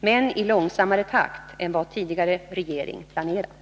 men i långsammare takt än vad tidigare regering planerat.